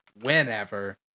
whenever